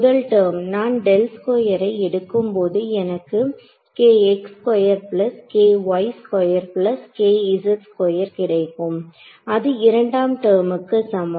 முதல் டெர்ம் நான் டெல் ஸ்கொயரை எடுக்கும்போது எனக்கு கிடைக்கும் அது இரண்டாம் டெர்முக்கு சமம்